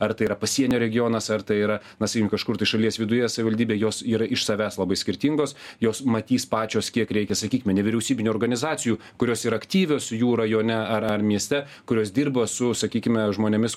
ar tai yra pasienio regionas ar tai yra na sym kažkur tai šalies viduje savivaldybė jos yra iš savęs labai skirtingos jos matys pačios kiek reikia sakykime nevyriausybinių organizacijų kurios yra aktyvios jų rajone ar ar mieste kurios dirba su sakykime žmonėmis